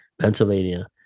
Pennsylvania